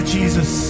Jesus